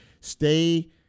stay